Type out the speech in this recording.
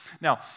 Now